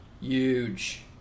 Huge